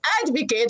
advocate